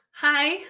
Hi